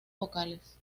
vocales